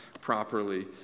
properly